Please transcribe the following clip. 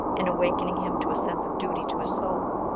in awakening him to a sense of duty to his soul,